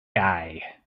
guy